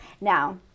Now